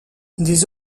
des